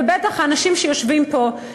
ובטח האנשים שיושבים פה,